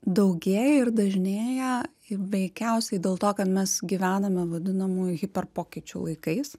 daugėja ir dažnėja veikiausiai dėl to kad mes gyvename vadinamųjų hiper pokyčių laikais